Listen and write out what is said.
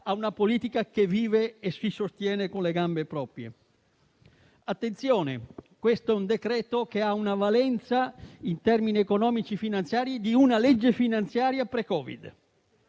ad una politica che vive e si sostiene con le proprie gambe. Attenzione, è un decreto-legge che ha una valenza in termini economici e finanziari di una legge di bilancio pre-Covid.